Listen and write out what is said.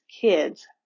kids